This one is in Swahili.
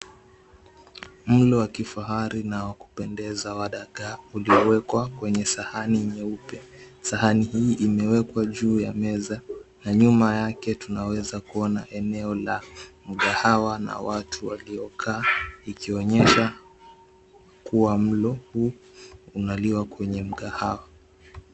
Mlo wa kifahari na wakupendeza wa dagaa uliowekwa kwa sahani nyeupe. Sahani hii imewekwa juu ya meza na nyuma yake tunaweza kuona eneo la mgahawa na watu waliokaa ikionyesha kuwa mlo huu unaliwa kwenye mgahawa.